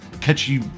catchy